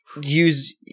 use